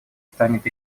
станет